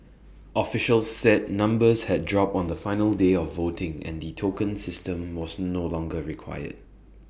officials said numbers had dropped on the final day of voting and the token system was no longer required